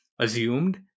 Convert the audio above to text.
assumed